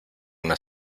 una